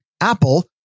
Apple